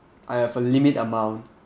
I have a limit amount